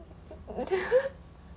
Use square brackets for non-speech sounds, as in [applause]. [laughs]